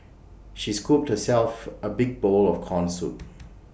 she scooped herself A big bowl of Corn Soup